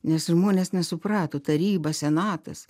nes žmonės nesuprato taryba senatas